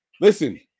listen